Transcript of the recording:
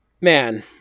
man